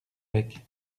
avec